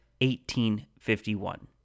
1851